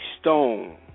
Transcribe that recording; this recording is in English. stone